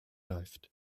läuft